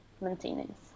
maintenance